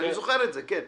אני זוכר את זה, כן.